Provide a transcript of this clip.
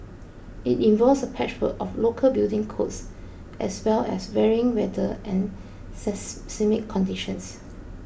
it involves a patchwork of local building codes as well as varying weather and says conditions